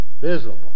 visible